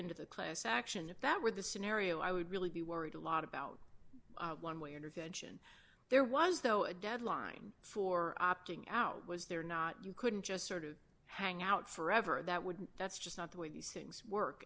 into the class action if that were the scenario i would really be worried a lot about one way intervention there was though a deadline for opting out was there not you couldn't just sort of hang out forever that would that's just not the way these things work